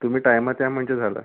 तुम्ही टायमात या म्हणजे झालं